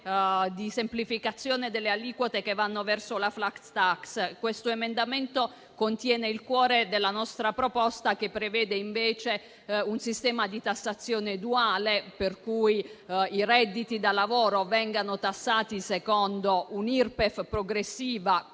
di semplificazione delle aliquote che vanno verso la *flat tax*. Questo emendamento contiene il cuore della nostra proposta, che prevede invece un sistema di tassazione duale, per cui i redditi da lavoro vengono tassati secondo una Irpef progressiva